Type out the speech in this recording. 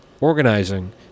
organizing